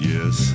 Yes